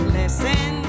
listen